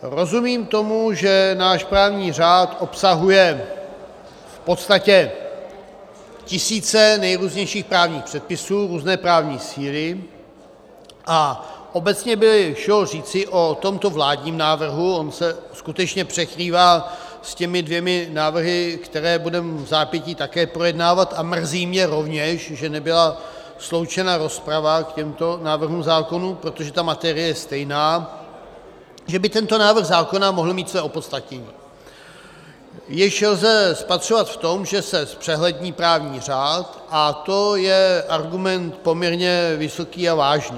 Rozumím tomu, že náš právní řád obsahuje v podstatě tisíce nejrůznějších právních předpisů různé právní síly, a obecně by šlo říci o tomto vládním návrhu, on se skutečně překrývá s těmi dvěma návrhy, které budeme vzápětí také projednávat, a mrzí mě rovněž, že nebyla sloučena rozprava k těmto návrhům zákonů, protože ta materie je stejná, že by tento návrh zákona mohl mít své opodstatnění, jež lze spatřovat v tom, že se zpřehlední právní řád, a to je argument poměrně vysoký a vážný.